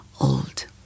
old